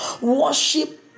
Worship